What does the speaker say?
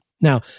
Now